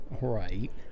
Right